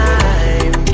time